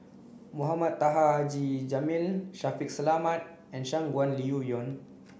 Mohamed Taha Haji Jamil Shaffiq Selamat and Shangguan Liuyun